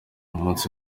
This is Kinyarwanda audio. munsi